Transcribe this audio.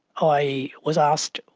i was asked,